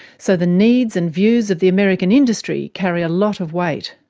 so the needs and views of the american industry carry a lot of weight.